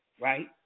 Right